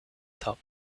top